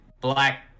black